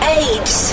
eight